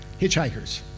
hitchhikers